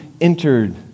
entered